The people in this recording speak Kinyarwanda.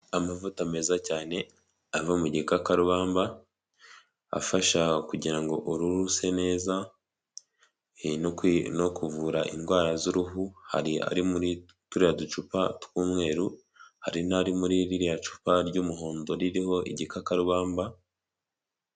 Amavuta meza cyane, ava mu gikakarubamba afasha kugira ngo uruhu ruse neza, no kuvura indwara z'uruhu, hari ari muri turiya ducupa tw'umweru, hari n'ari muri ririya cupa ry'umuhondo ririho igikakarubamba.